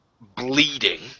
bleeding